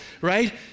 right